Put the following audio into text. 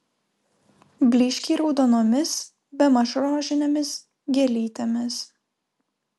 blyškiai raudonomis bemaž rožinėmis gėlytėmis